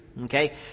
Okay